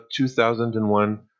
2001